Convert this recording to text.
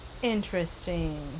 Interesting